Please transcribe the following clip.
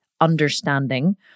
understanding